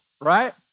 right